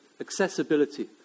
accessibility